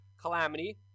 calamity